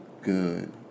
good